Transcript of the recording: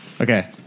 Okay